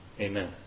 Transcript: Amen